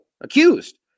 accused